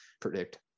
predict